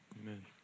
Amen